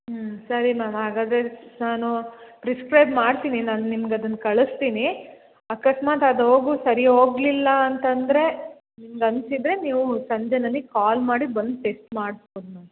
ಹ್ಞೂ ಸರಿ ಮ್ಯಾಮ್ ಹಾಗಾದ್ರೆ ನಾನು ಪ್ರಿಸ್ಕ್ರೈಬ್ ಮಾಡ್ತೀನಿ ನಾನು ನಿಮ್ಗೆ ಅದನ್ನ ಕಳಿಸ್ತೀನಿ ಅಕಸ್ಮಾತ್ ಅದು ಹೋಗು ಸರಿ ಹೋಗ್ಲಿಲ್ಲ ಅಂತಂದರೆ ನಿಮ್ಗೆ ಅನಿಸಿದ್ರೆ ನೀವು ಸಂಜೆ ನನಗೆ ಕಾಲ್ ಮಾಡಿ ಬಂದು ಟೆಸ್ಟ್ ಮಾಡ್ಸ್ಬೌದು ಮ್ಯಾಮ್